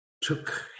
took